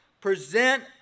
present